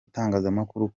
itangazamakuru